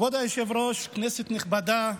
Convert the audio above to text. כבוד היושב-ראש, כנסת נכבדה,